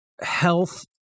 health